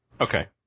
okay